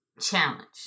challenge